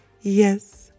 yes